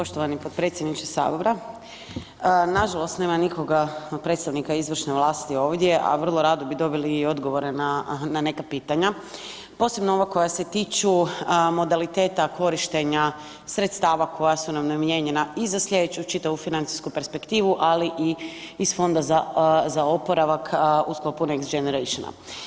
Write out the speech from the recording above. Poštovani potpredsjedniče sabora, nažalost nema nikoga od predstavnika izvršne vlasti ovdje, a vrlo rado bi dobili i odgovore na neka pitanja posebno ova koja se tiču modaliteta korištenja sredstava koja su nam namijenjena i za slijedeću čitavu financijsku perspektivu, ali i iz fonda za oporavak u sklopu Next Generation.